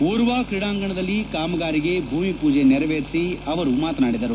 ಊರ್ವ ಕ್ರೀಡಾಂಗಣದಲ್ಲಿ ಕಾಮಗಾರಿಗೆ ಭೂಮಿ ಪೂಜೆ ನೆರವೇರಿಸಿ ಅವರು ಮಾತನಾಡಿದರು